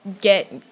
get